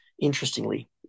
interestingly